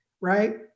right